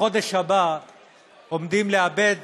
בחודש הבא עומדים לאבד